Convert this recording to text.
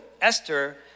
Esther